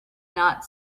not